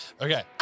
Okay